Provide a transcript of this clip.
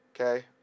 Okay